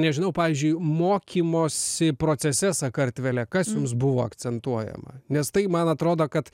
nežinau pavyzdžiui mokymosi procese sakartvele kas jums buvo akcentuojama nes tai man atrodo kad